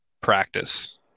practice